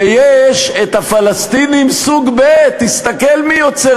ויש הפלסטינים סוג ב' תסתכל מי יוצר